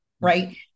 Right